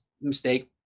mistake